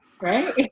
right